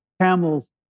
camels